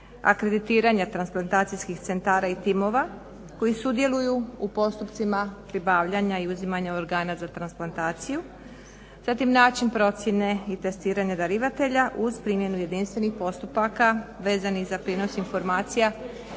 akreditiranja transplantacijskih centara i timova koji sudjeluju u postupcima pribavljanja i uzimanja organa za transplantaciju, zatim način procjene i testiranja darivatelja uz primjenu jedinstvenih postupaka vezanih za prijenos informacija